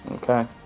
Okay